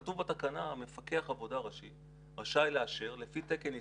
כתוב בתקנה שמפקח עבודה ראשי רשאי לאשר לפי תקן ישראלי,